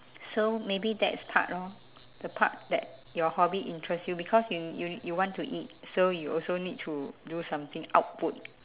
so maybe that is part lor the part that your hobby interest you because you you you want to eat so you also need to do something output